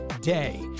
day